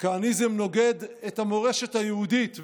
"הכהניזם נוגד את המורשת היהודית".